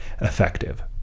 effective